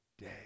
day